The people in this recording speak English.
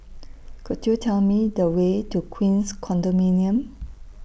Could YOU Tell Me The Way to Queens Condominium